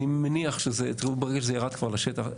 אם יגידו שזה יהיה ב-30,